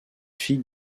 fille